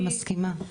אני מסכימה.